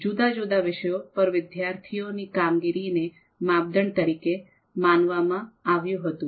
જુદા જુદા વિષયો પર વિદ્યાર્થીઓ ની કામગીરી ને માપદંડ તરીકે માનવામાં આવ્યું હતું